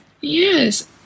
Yes